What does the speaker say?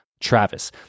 Travis